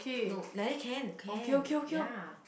no like that can can ya